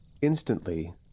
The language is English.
Instantly